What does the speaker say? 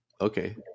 Okay